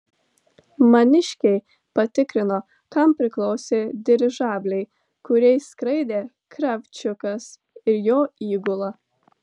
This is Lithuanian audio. maniškiai patikrino kam priklausė dirižabliai kuriais skraidė kravčiukas ir jo įgula